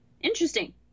interesting